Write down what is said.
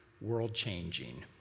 world-changing